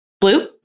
Blue